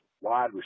wide